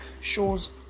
shows